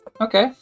Okay